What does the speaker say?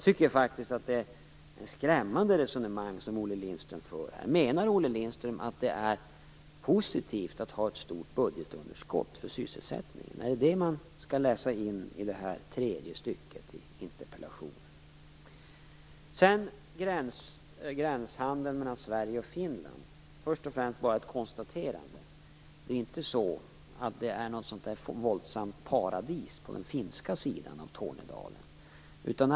Det är ett skrämmande resonemang som Olle Lindström för här. Menar han att det är positivt för sysselsättningen att ha ett stort budgetunderskott? Är det vad man skall läsa in i det tredje stycket i interpellationen? När det gäller gränshandeln mellan Sverige och Finland vill jag först och främst göra ett konstaterande: Det är inte något paradis på den finska sidan av Tornedalen.